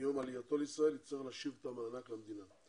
מיום עלייתו לישראל, יצטרך להשיב את המענק למדינה.